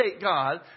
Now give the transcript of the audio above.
God